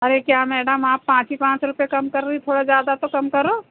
अरे क्या मैडम आप पाँच ही पाँच रुपए कम कर रही थोड़ा ज़्यादा तो कम करो